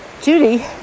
Judy